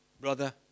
Brother